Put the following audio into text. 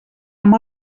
amb